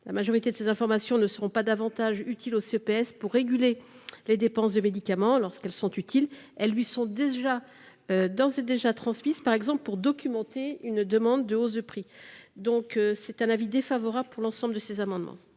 La majorité de ces informations ne seront pas davantage utiles au CEPS pour réguler les dépenses de médicaments. Lorsqu’elles sont utiles, elles lui sont d’ores et déjà transmises, par exemple pour documenter une demande de hausse de prix. Pour l’ensemble de ces raisons,